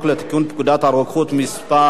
לתיקון פקודת הרוקחים (מס'